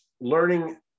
learning